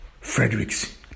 Frederick's